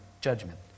judgment